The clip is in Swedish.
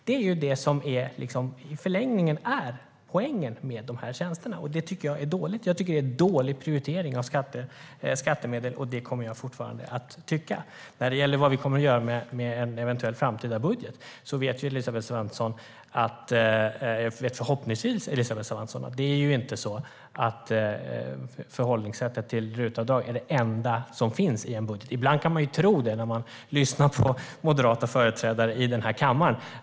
Det är det som i förlängningen är poängen med de här tjänsterna, och det tycker jag är dåligt. Jag tycker att det är en dålig prioritering att använda skattemedel till det, och det kommer jag fortsatt att tycka. När det gäller vad vi kommer att göra med en eventuell framtida budget vet förhoppningsvis Elisabeth Svantesson att RUT-avdraget inte är det enda som finns i en budget. Ibland kan man tro det när man lyssnar på moderata företrädare i kammaren.